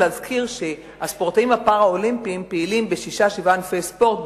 להזכיר שהספורטאים הפראלימפיים פעילים בשישה-שבעה ענפי ספורט,